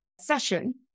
session